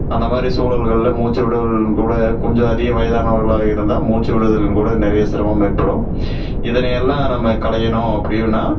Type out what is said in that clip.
அந்த மாதிரி சூழல்களில் மூச்சு விடுதலுங்கூட கொஞ்சம் அதிக வயதானவர்களாக இருந்தால் மூச்சு விடுவதில் கூட நிறைய சிரமம் ஏற்படும் இதனையெல்லாம் நம்ம களையணும் அப்படியுன்னா